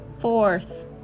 fourth